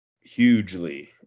hugely